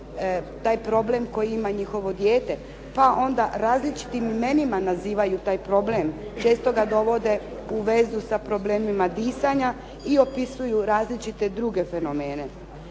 taj problem koji ima njihovo dijete, pa onda različitim imenima nazivaju taj problem. Često ga dovode u vezu sa problemima disanja i opisuju različite druge fenomene.